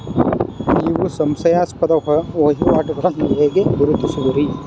ನೀವು ಸಂಶಯಾಸ್ಪದ ವಹಿವಾಟುಗಳನ್ನು ಹೇಗೆ ಗುರುತಿಸುವಿರಿ?